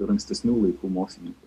ir ankstesnių laikų mokslininkų